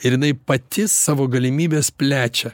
ir jinai pati savo galimybes plečia